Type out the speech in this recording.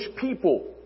people